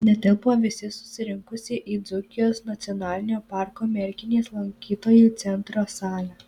netilpo visi susirinkusieji į dzūkijos nacionalinio parko merkinės lankytojų centro salę